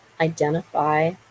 identify